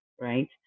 right